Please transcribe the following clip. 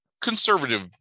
conservative